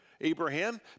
Abraham